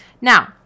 Now